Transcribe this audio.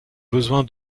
besoin